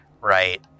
right